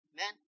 Amen